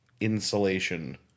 Insulation